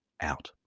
out